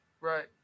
right